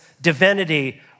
divinity